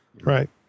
right